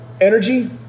energy